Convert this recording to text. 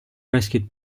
rescued